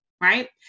right